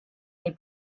nii